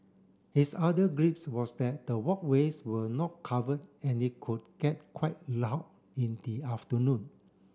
his other was that the walkways were not covered and it could get quite loud in the afternoon